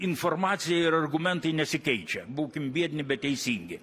informacija ir argumentai nesikeičia būkim biedni bet teisingi